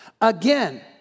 Again